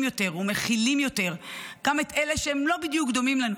יותר ומכילים יותר גם את אלה שהם לא בדיוק דומים לנו,